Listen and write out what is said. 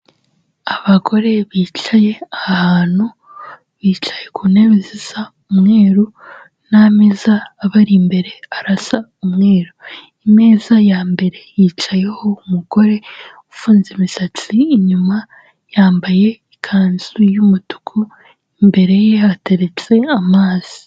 Abagore bicaye ahantu, bicaye ku ntebe zisa umweru n'ameza abari imbere arasa umweru. Imeza ya mbere yicayeho umugore ufunze imisatsi inyuma, yambaye ikanzu y'umutuku imbere ye hateretse amazi.